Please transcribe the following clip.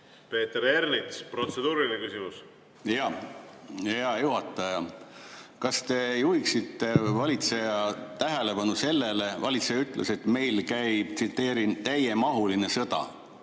Peeter Ernits, protseduuriline küsimus. Hea juhataja! Kas te juhiksite valitseja tähelepanu [järgmisele]? Valitseja ütles, et meil käib, tsiteerin: täiemahuline sõda.